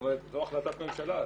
כלומר זו החלטת ממשלה.